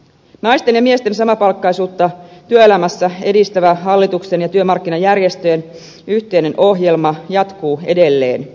naisten ja miesten samapalkkaisuutta työelämässä edistävä hallituksen ja työmarkkinajärjestöjen yhteinen ohjelma jatkuu edelleen